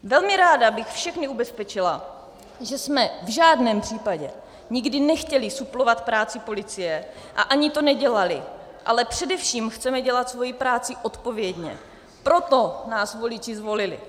Velmi ráda bych všechny ubezpečila, že jsme v žádném případě nikdy nechtěli suplovat práci policie a ani to nedělali, ale především chceme dělat svoji práci odpovědně, proto nás voliči zvolili.